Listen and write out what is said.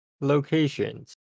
locations